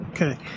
Okay